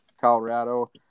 Colorado